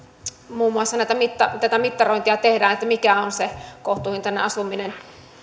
muun muassa euroopassa tätä mittarointia tehdään mikä on se kohtuuhintainen asuminen